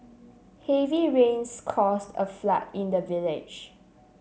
heavy rains caused a flood in the village